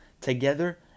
together